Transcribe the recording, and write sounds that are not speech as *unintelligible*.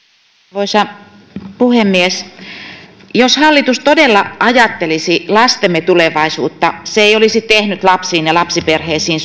arvoisa puhemies jos hallitus todella ajattelisi lastemme tulevaisuutta se ei olisi tehnyt lapsiin ja lapsiperheisiin *unintelligible*